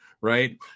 right